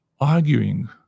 arguing